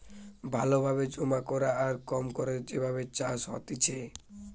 ভালো ভাবে জমা করা আর কম খরচে যে ভাবে চাষ হতিছে